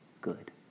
good